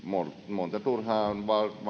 monta turhaa